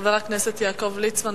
חבר הכנסת יעקב ליצמן.